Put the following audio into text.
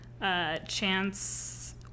Chance